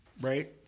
right